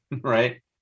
right